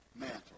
mantle